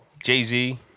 Jay-Z